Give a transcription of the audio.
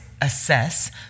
Assess